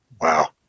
Wow